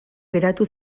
geratu